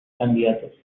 candidatos